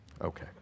Okay